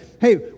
hey